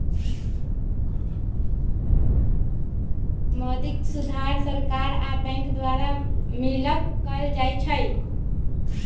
मौद्रिक सुधार सरकार आ बैंक द्वारा मिलकऽ कएल जाइ छइ